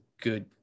good